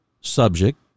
Subject